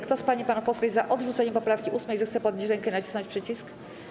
Kto z pań i panów posłów jest za odrzuceniem poprawki 8., zechce podnieść rękę i nacisnąć przycisk.